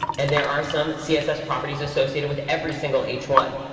and there are some css properties associated with every single h one.